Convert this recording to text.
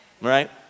Right